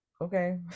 okay